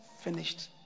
finished